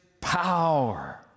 power